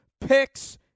Picks